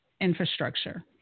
Infrastructure